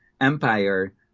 Empire